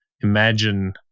imagine